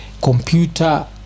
Computer